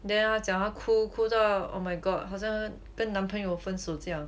then 他讲他哭哭到 oh my god 好像跟男朋友分手这样